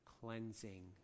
Cleansing